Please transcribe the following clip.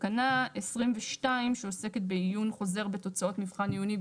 תקנה 22 שעוסקת בעיון חוזר בתוצאות מבחן עיוני,